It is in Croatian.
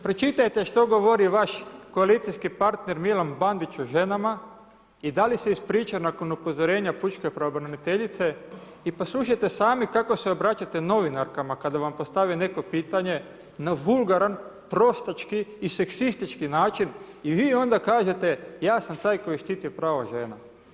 Pročitajte što govori vaš koalicijski partner Milan Bandić o ženama i da li se ispričao nakon upozorenja pučke pravobraniteljice i poslušajte sami kako se obraćate novinarkama kada vam postave neko pitanje, na vulgaran prostački i seksistički način i vi onda kažete ja sam taj koji štiti prava žena.